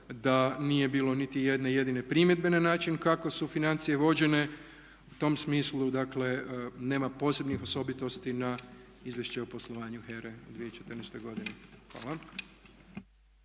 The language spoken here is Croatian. da nije bilo niti jedne jedine primjedbe na način kako su financije vođene. U tom smislu, dakle nema posebnih osobitosti na Izvješće o poslovanju HERA-e u 2014. godini. Hvala.